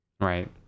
Right